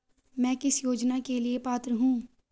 मैं किस योजना के लिए पात्र हूँ?